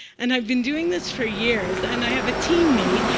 and i've been doing this for years. and i have a teammate,